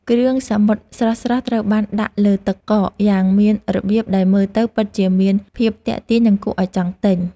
គ្រឿងសមុទ្រស្រស់ៗត្រូវបានដាក់លើទឹកកកយ៉ាងមានរបៀបដែលមើលទៅពិតជាមានភាពទាក់ទាញនិងគួរឱ្យចង់ទិញ។